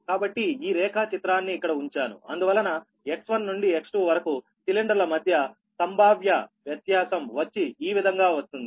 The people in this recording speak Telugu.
కాబట్టి ఈ రేఖాచిత్రాన్ని ఇక్కడ ఉంచాను అందువలన X1 నుండి X2 వరకు సిలిండర్ల మధ్య సంభావ్య వ్యత్యాసం వచ్చి ఈ విధంగా వస్తుంది